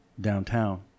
downtown